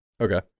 okay